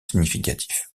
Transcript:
significatifs